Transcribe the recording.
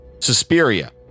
Suspiria